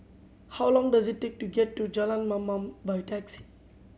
how long does it take to get to Jalan Mamam by taxi